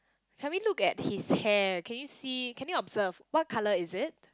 shall we look at his hair can you see can you observe what colour is it